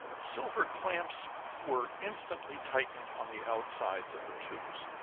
silver clamps were instantly tightened on the outsides of the tubes.